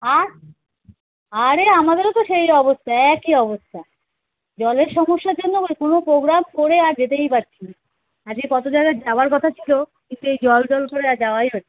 আর আরে আমাদেরও তো সেই অবস্থা একই অবস্থা জলের সমস্যার জন্য কোনো পোগ্রাম করে আর যেতেই পারছি না আজকে কত জায়গায় যাওয়ার কথা ছিলো কিন্তু এই জল জল করে আর যাওয়াই হচ্ছে না